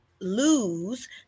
lose